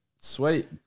Sweet